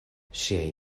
ŝiaj